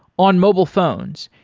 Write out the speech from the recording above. on mobile phones,